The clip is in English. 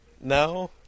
No